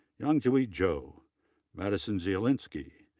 yangyujie zhou, madison zielinski,